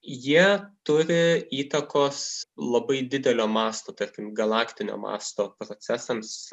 jie turi įtakos labai didelio masto tarkim galaktinio masto procesams